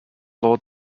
law